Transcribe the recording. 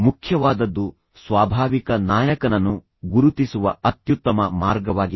ಮುಖ್ಯವಾದದ್ದು ಸ್ವಾಭಾವಿಕ ನಾಯಕನನ್ನು ಗುರುತಿಸುವ ಅತ್ಯುತ್ತಮ ಮಾರ್ಗವಾಗಿದೆ